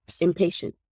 impatient